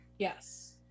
Yes